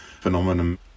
phenomenon